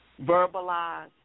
verbalize